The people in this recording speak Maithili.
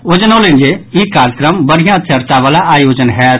ओ जनौलनि जे ई कार्यक्रम बढ़िया चर्चा बला आयोजन होयत